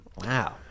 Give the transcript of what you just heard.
Wow